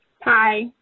Hi